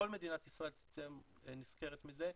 כל מדינת ישראל תצא נשכרת מזה.